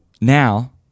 now